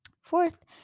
fourth